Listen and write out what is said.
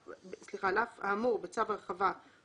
על אף האמור בצו הרחבה,